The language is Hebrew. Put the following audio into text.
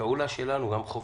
פעולה שלנו המחוקקים,